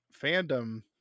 fandom